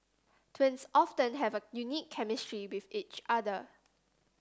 twins often have a unique chemistry with each other